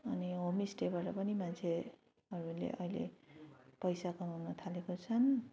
अनि होम स्टेबाट पनि मान्छेहरूले अहिले पैसा कमाउन थालेका छन्